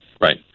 Right